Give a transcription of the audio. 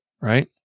right